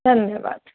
धन्यवाद